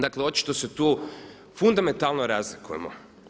Dakle, očito se tu fundamentalno razlikujemo.